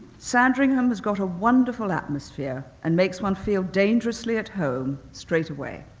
sandrignham has got a wonderful atmosphere, and makes one feel dangerously at home straightaway.